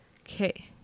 Okay